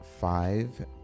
five